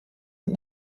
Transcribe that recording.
und